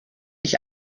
ich